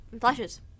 Flashes